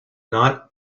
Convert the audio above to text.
night